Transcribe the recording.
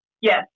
Yes